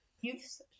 Youth